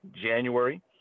January